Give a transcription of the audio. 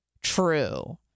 true